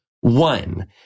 One